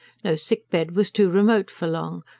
no sick bed was too remote for long,